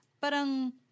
parang